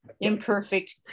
imperfect